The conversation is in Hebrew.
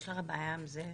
יש לך בעיה עם זה?